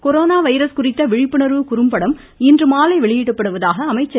corona virus குறித்த விழிப்புணர்வு குறும்படம் இன்றுமாலை வெளியிடப்படுவதாக தெரிவித்தார்